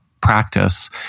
practice